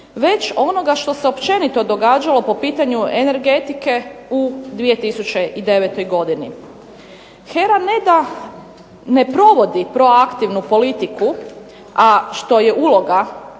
već onoga što se općenito događalo po pitanju energetike u 2009. godini. HERA ne da ne provodi proaktivnu politiku, a što je uloga